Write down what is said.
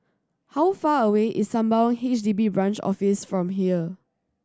how far away is Sembawang H D B Branch Office from here